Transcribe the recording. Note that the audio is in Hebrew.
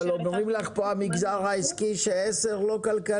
אבל אומרים לך פה המגזר העסקי שעשרה קילו הוא לא כלכלי.